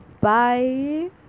Bye